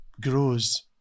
grows